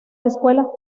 escuelas